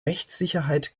rechtssicherheit